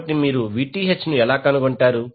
కాబట్టి మీరు Vth ను ఎలా కనుగొంటారు